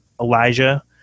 Elijah